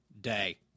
day